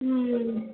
ம்